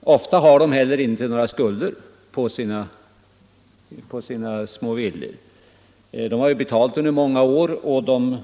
Ofta har de inte några skulder på sina små villor. De har betalat på villan under många år och är